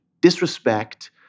disrespect